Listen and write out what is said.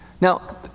Now